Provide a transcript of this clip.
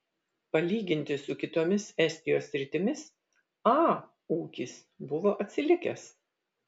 palyginti su kitomis estijos sritimis a ūkis buvo atsilikęs